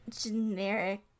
generic